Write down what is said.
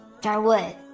Darwood